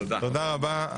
תודה רבה.